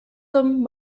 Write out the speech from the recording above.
them